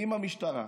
אם המשטרה,